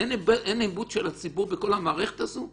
אין איבוד אמון הציבור בכל המערכת הזאת?